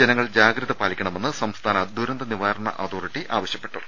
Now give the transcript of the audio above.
ജനങ്ങൾ ജാഗ്രത പാലിക്കണമെന്ന് സംസ്ഥാന ദുരന്ത നിവാരണ അതോറിറ്റി ആവശ്യപ്പെട്ടു